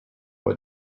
what